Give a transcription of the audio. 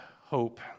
hope